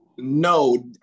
no